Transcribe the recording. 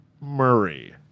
Murray